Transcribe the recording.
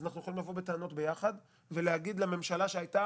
אז אנחנו יכולים לבוא בטענות ביחד ולהגיד לממשלה שהייתה